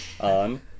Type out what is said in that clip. on